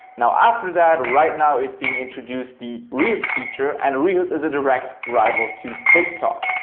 now after that right now it's being introduced the reels feature and reels is a direct rival to tiktok.